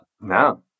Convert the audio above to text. No